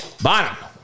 Bottom